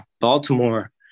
Baltimore